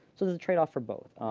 so there's a tradeoff for both.